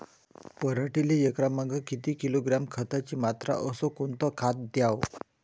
पराटीले एकरामागं किती किलोग्रॅम खताची मात्रा अस कोतं खात द्याव?